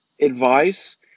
advice